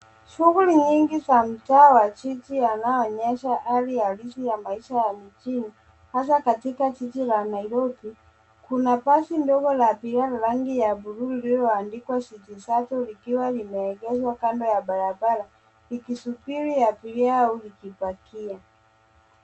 Shughuli nyingi za mtaa ya jiji yanayoonyesha hali halisi ya maisha ya mijini, hasa katika jiji la Nairobi. Kuna basi ndogo la abiria la rangi ya bluu iliyoandikwa City Shuttle likiwa limeegeshwa kando ya barabara, ikisubiri abiria au ikipakia.